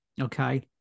okay